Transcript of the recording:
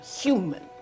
human